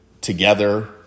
together